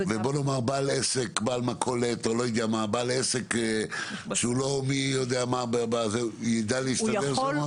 בעל עסק או בעל מכולת שהוא לא מי-יודע-מה בזה יידע להסתדר שם?